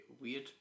weird